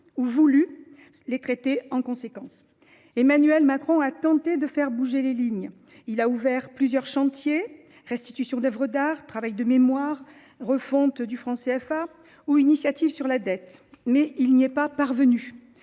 ou voulu, les traiter en conséquence. Emmanuel Macron a tenté de faire bouger les lignes. Il a ouvert plusieurs chantiers : restitution d’œuvres d’art, travail de mémoire, réforme du franc CFA ou initiatives sur la dette, mais il n’y est pas parvenu.